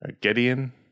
Gideon